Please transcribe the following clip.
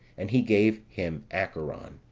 and he gave him accaron,